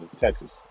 Texas